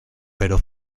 pero